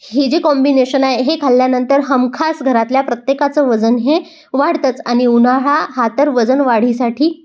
हे जे कॉम्बिनेशन आहे हे खाल्ल्यानंतर हमखाास घरातल्या प्रत्येकाचं वजन हे वाढतंच आणि उन्हाळा हा तर वजन वाढीसाठी